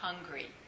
hungry